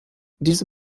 diese